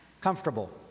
comfortable